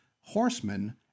horsemen